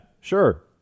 sure